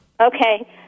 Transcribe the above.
Okay